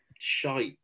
Shite